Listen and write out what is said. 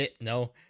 no